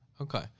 okay